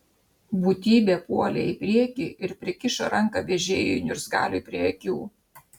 būtybė puolė į priekį ir prikišo ranką vežėjui niurzgaliui prie akių